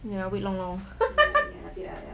ya wait long long